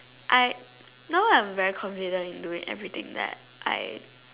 I now I'm very confident in doing everything that I